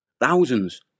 Thousands